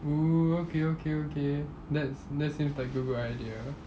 oo okay okay okay that s~ that seems like a good idea